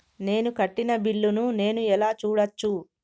నేను కట్టిన బిల్లు ను నేను ఎలా చూడచ్చు?